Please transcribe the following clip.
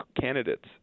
candidates